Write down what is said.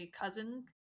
cousin